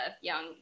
young